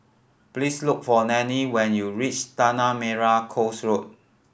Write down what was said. please look for Nanie when you reach Tanah Merah Coast Road